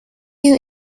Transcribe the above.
you